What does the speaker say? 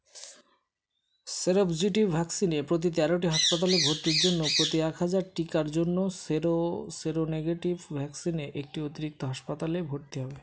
seropositive ভ্যাকসিনে প্রতি তেরোটি হাসপাতালে ভর্তির জন্য প্রতি এক হাজার টিকার জন্য সেরো সেরোনেগেটিভ ভ্যাকসিনে একটি অতিরিক্ত হাসপাতালে ভর্তি হবে